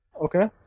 okay